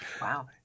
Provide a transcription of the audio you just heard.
Wow